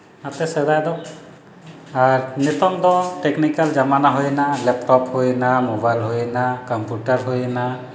ᱚᱱᱟᱛᱮ ᱥᱮᱫᱟᱭ ᱫᱚ ᱟᱨ ᱱᱤᱛᱚᱜ ᱫᱚ ᱴᱮᱠᱱᱤᱠᱮᱞ ᱡᱚᱢᱟᱱᱟ ᱦᱩᱭᱱᱟ ᱞᱮᱯᱴᱚᱯ ᱦᱩᱭᱱᱟ ᱢᱳᱵᱟᱭᱤᱞ ᱦᱩᱭᱱᱟ ᱠᱚᱢᱯᱤᱣᱩᱴᱟᱨ ᱦᱩᱭᱱᱟ